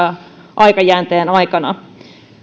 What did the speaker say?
aikajänteen aikana